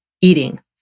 eating